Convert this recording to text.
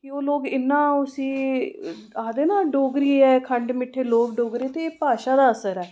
कि ओह् लोक इन्ना उसी आखदे न डोगरी ऐ खंड मिट्ठी लोक डोगरे ते भाशा दा असर ऐ